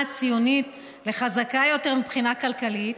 הציונית לחזקה יותר מבחינה כלכלית,